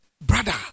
brother